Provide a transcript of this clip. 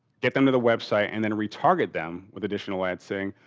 get them to the website and then retarget them with additional ads saying,